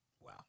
wow